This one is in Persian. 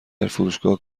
فروشگاه